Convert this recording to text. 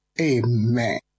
Amen